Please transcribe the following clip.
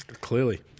Clearly